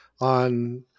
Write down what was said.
on